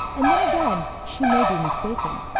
and then again she may be mistaken,